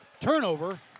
Turnover